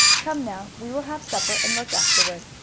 come now, we will have supper, and look afterward.